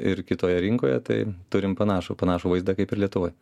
ir kitoje rinkoje tai turim panašų panašų vaizdą kaip ir lietuvoj